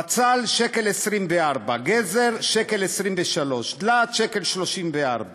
בצל, 1.24 שקל, גזר, 1.23 שקל, דלעת, 1.34